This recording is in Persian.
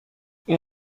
این